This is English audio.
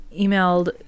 emailed